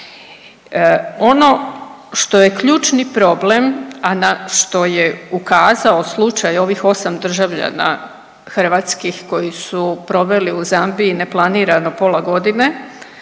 Ono što je ključni problem, a na što je ukazao slučaj ovih osam državljana Hrvatskih koji su proveli u Zambiji neplanirano pola godine